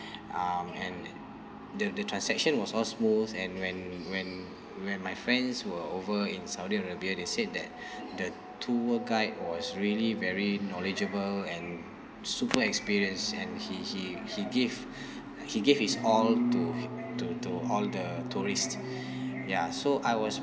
um and the the transaction was all smooth and when when when my friends were over in saudi arabia they said that the tour guide was really very knowledgeable and super experienced and he he he give he gave his all to to to all the tourist ya so I was